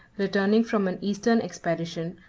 returning from an eastern expedition,